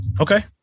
Okay